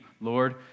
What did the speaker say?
Lord